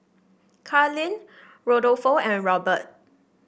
Karlene Rodolfo and Robert